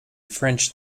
french